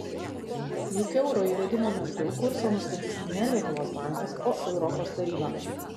juk euro įvedimo metu kursą nustatys ne lietuvos bankas o europos taryba